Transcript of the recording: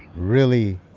really,